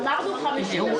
אמרנו 52